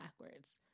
backwards